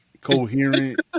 coherent